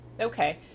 Okay